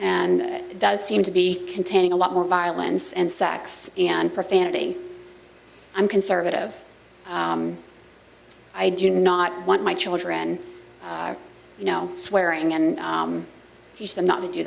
and does seem to be containing a lot more violence and sex and profanity i'm conservative i do not want my children you know swearing and i use them not to do